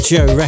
Joe